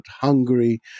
Hungary